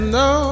no